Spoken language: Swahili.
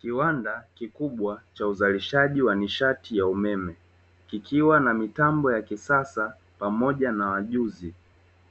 Kiwanda kikubwa cha uzalishaji wa nishati ya umeme, kikiwa na mitambo ya kisasa pamoja na wajuzi.